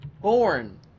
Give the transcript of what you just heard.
Born